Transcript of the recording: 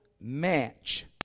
match